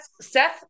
Seth